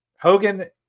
Hogan